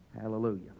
hallelujah